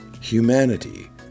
Humanity